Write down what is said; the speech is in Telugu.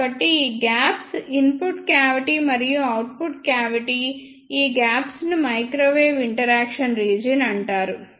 కాబట్టి ఈ గ్యాప్స్ ఇన్పుట్ క్యావిటి మరియు అవుట్పుట్ క్యావిటి ఈ గ్యాప్స్ ను మైక్రోవేవ్ ఇంటరాక్షన్ రీజియన్ అంటారు